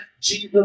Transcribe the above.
Jesus